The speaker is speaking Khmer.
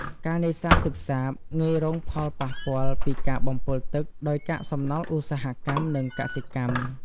ការនេសាទទឹកសាបងាយរងផលប៉ះពាល់ពីការបំពុលទឹកដោយកាកសំណល់ឧស្សាហកម្ម និងកសិកម្ម។